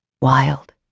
Wild